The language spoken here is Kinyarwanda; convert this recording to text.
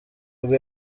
nibwo